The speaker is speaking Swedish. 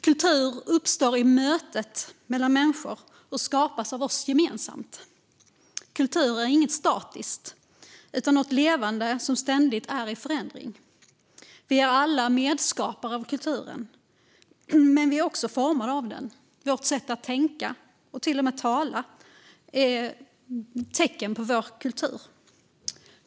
Kultur uppstår i mötet mellan människor och skapas av oss gemensamt. Kultur är inget statiskt utan något levande som ständigt är i förändring. Vi är alla medskapare av kulturen, men vi är också formade av den. Vårt sätt att tänka och till och med tala är tecken på vår kultur.